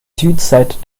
südseite